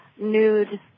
nude